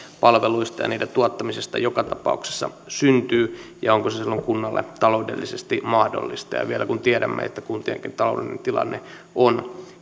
palveluista ja niiden tuottamisesta joka tapauksessa syntyy ja onko se silloin kunnalle taloudellisesti mahdollista vielä kun tiedämme että kuntienkin taloudellinen tilanne on